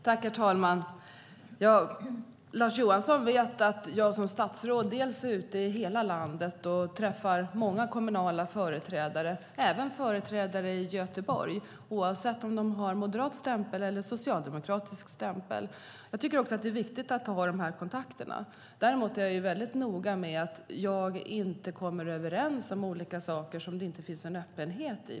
Herr talman! Lars Johansson vet att jag som statsråd är ute i hela landet och träffar många kommunala företrädare, även företrädare i Göteborg, oavsett om de har moderat stämpel eller socialdemokratisk stämpel. Jag tycker att det är viktigt att ha de här kontakterna. Däremot är jag väldigt noga med att inte komma överens om olika saker som det inte finns någon öppenhet i.